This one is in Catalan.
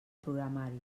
programari